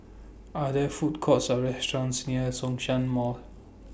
Are There Food Courts Or restaurants near Zhongshan Mall